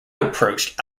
approached